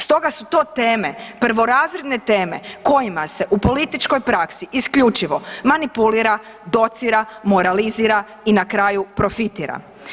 Stoga su tome prvorazredne teme kojima se u političkoj praksi isključivo manipulira, docira, moralizira i na kraju profitira.